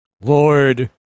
Lord